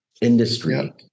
industry